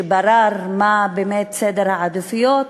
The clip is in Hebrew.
שבירר מה באמת סדר העדיפויות,